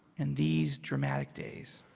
in these dramatic days.